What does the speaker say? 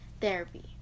therapy